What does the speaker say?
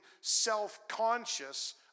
self-conscious